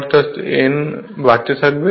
অর্থাৎ n বাড়তে থাকবে